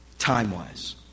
Time-wise